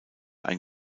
ein